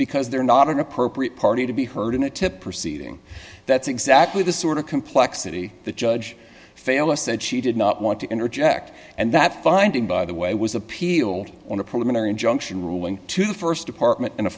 because they're not an appropriate party to be heard in a to proceeding that's exactly the sort of complexity the judge failed us that she did not want to interject and that finding by the way was appealed on a preliminary injunction ruling to the st department and a